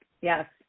Yes